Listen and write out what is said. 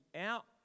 out